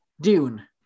Dune